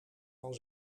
van